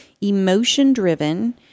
emotion-driven